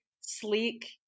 sleek